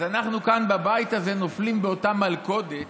אז אנחנו כאן בבית הזה נופלים באותה מלכודת: